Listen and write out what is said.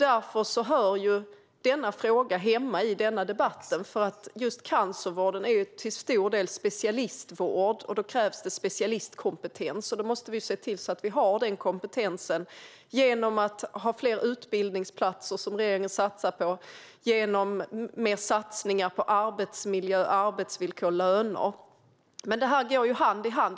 Därför hör frågan hemma i denna debatt. Just cancervården är till stor del specialistvård, och då krävs det specialistkompetens. Då måste vi se till att vi har den kompetensen genom att ha fler utbildningsplatser, något som regeringen satsar på, och genom satsningar på arbetsmiljö, arbetsvillkor och löner. Det går hand i hand.